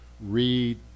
read